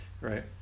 right